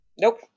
Nope